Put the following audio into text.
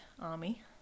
army